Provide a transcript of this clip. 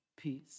peace